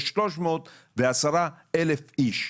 יש 310,000 איש,